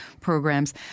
programs